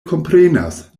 komprenas